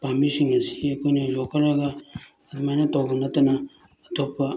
ꯄꯥꯝꯕꯤꯁꯤꯡ ꯑꯁꯤ ꯑꯩꯈꯣꯏꯅ ꯌꯣꯛꯈꯠꯂꯒ ꯑꯗꯨꯃꯥꯏꯅ ꯇꯧꯕ ꯅꯠꯇꯅ ꯑꯇꯣꯞꯄ